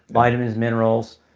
vitamins, minerals.